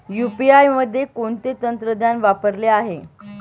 UPI मध्ये कोणते तंत्रज्ञान वापरले जाते?